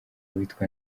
witwa